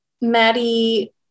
Maddie